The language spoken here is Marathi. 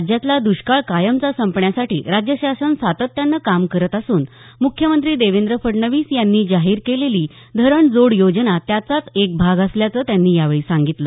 राज्यातला द्रष्काळ कायमचा संपण्यासाठी राज्य शासन सातत्यानं काम करत असून मुख्यमंत्री देवेंद्र फडणवीस यांनी जाहीर केलेली धरण जोड योजना त्याचाच एक भाग असल्याचं त्यांनी यावेळी सांगितलं